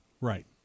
Right